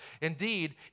Indeed